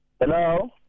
Hello